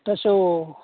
आटथासोआव अह